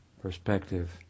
perspective